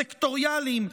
הסקטוריאליים,